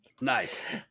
Nice